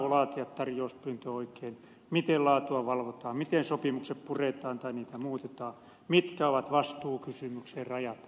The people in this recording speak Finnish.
osataanko laatia tarjouspyyntö oikein miten laatua valvotaan miten sopimukset puretaan tai niitä muutetaan mitkä ovat vastuukysymyksen rajat